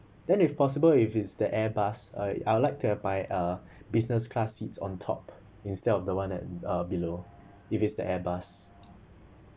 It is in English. then if possible if it's the airbus I I'd like to buy uh business class seats on top instead of the one uh below if it's the airbus